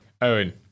Owen